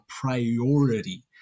priority